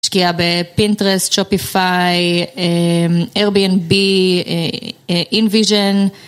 ישקיע בפינטרסט, שופיפיי, אייר בי אן בי, אינויז'ן